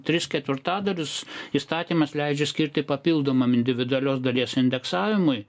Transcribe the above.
tris ketvirtadalius įstatymas leidžia skirti papildomam individualios dalies indeksavimui